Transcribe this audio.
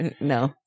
No